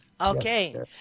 Okay